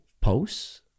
posts